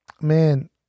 man